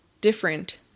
different